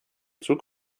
zug